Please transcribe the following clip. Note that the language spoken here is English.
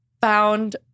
found